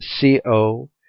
co